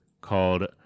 called